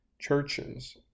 churches